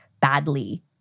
badly